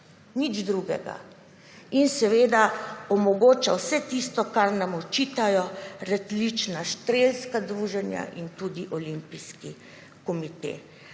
nič drugega. In seveda omogoča vse tisto, kar nam očitajo različna strelska druženja in tudi Olimpijski komite.